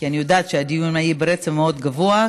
כי אני יודעת שהדיון היה ברצף מאוד גבוה,